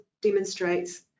demonstrates